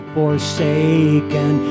forsaken